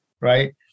right